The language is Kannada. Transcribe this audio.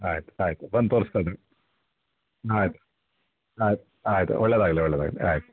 ಆಯಿತು ಆಯಿತು ಬಂದು ತೋರ್ಸ್ಕೊಳ್ರಿ ಆಯಿತು ಆಯಿತು ಆಯಿತು ಒಳ್ಳೆಯದಾಗ್ಲಿ ಒಳ್ಳೆಯದಾಗ್ಲಿ ಆಯಿತು